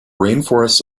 rainforests